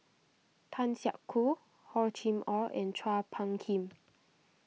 Tan Siak Kew Hor Chim or and Chua Phung Kim